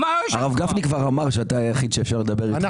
הרב גפני כבר אמר שאתה היחיד שאפשר לדבר איתו שם.